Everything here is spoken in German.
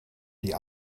die